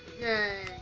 Yay